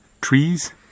trees